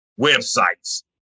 websites